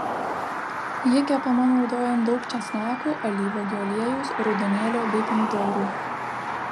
ji kepama naudojant daug česnakų alyvuogių aliejaus raudonėlio bei pomidorų